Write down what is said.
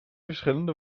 verschillende